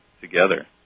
together